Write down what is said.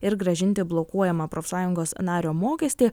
ir grąžinti blokuojamą profsąjungos nario mokestį